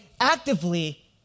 actively